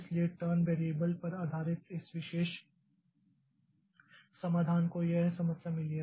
इसलिए turn variable पर आधारित इस विशेष समाधान को यह समस्या मिली है